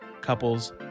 couples